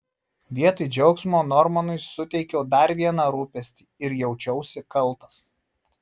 vietoj džiaugsmo normanui suteikiau dar vieną rūpestį ir jaučiausi kaltas